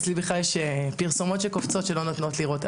אצלי בכלל יש פרסומות שקופצות שלא נותנות לראות.